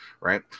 right